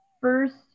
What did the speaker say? first